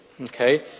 okay